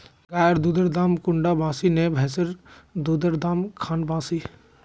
गायेर दुधेर दाम कुंडा बासी ने भैंसेर दुधेर र दाम खान बासी?